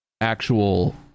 Actual